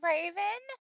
Raven